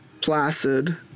placid